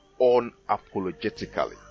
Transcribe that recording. unapologetically